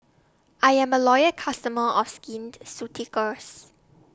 I Am A Loyal customer of Skin Ceuticals